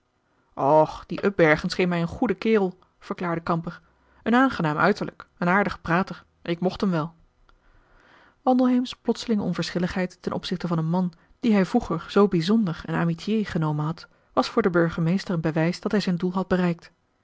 och die upbergen scheen mij een goede kerel verklaarde kamper een aangenaam uiterlijk een aardige prater ik mocht hem wel wandelheems plotselinge onverschilligheid ten opzichte van een man dien hij vroeger zoo bijzonder en amitié genomen had was voor den burgemeester een bewijs dat hij zijn doel had bereikt